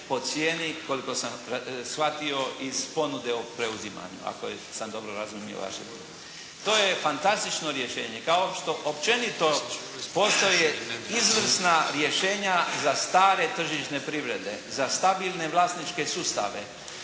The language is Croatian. koliko sam shvatio iz ponude o preuzimanju, ako sam dobro razumio vaše. To je fantastično rješenje, kao što općenito postoje izvrsna rješenja za stare tržišne privrede, za stabilne vlasničke sustave,